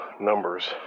numbers